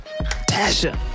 Tasha